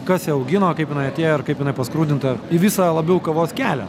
kas ją augino kaip jinai atėjo ir kaip jinai paskrudinta į visą labiau kavos kelią